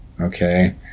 Okay